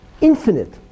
infinite